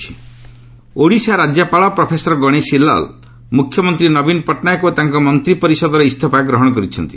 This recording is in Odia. ଓଡ଼ିଶା ସିଏମ୍ ଓଡ଼ିଶା ରାଜ୍ୟପାଳ ପ୍ରଫେସର ଗଣେଶୀ ଲାଲ୍ ମୁଖ୍ୟମନ୍ତ୍ରୀ ନବୀନ ପଟ୍ଟନାୟକ ଓ ତାଙ୍କ ମନ୍ତ୍ରୀ ପରିଷଦର ଇସ୍ତଫା ଗ୍ରହଣ କରିଛନ୍ତି